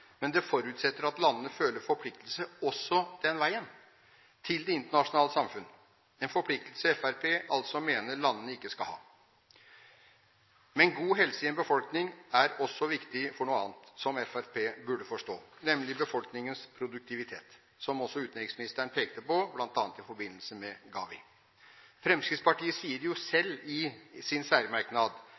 Men det forutsetter at landene føler en forpliktelse også den veien, til det internasjonale samfunn, en forpliktelse Fremskrittspartiet altså mener landene ikke skal ha. Men god helse i en befolkning er også viktig for noe annet, som Fremskrittspartiet burde forstå, nemlig befolkningens produktivitet, som også utenriksministeren pekte på bl.a. i forbindelse med GAVI. Fremskrittspartiet sier jo selv i sin særmerknad